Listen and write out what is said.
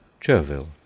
Chervil